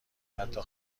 حتی